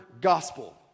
gospel